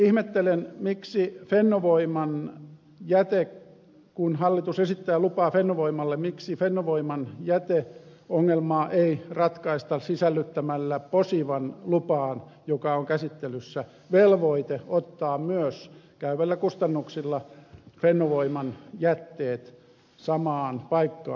ihmettelen kun hallitus esittää lupaa fennovoimalle miksi fennovoiman jäteongelmaa ei ratkaista sisällyttämällä posivan lupaan joka on käsittelyssä velvoite ottaa myös käyvillä kustannuksilla fennovoiman jätteet samaan paikkaan